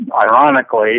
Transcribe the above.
ironically